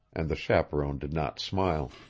and the chaperon did not smile.